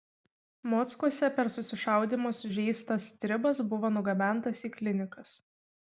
mockuose per susišaudymą sužeistas stribas buvo nugabentas į klinikas